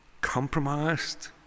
compromised